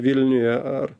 vilniuje ar